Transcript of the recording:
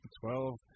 Twelve